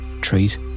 treat